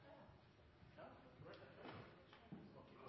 ja,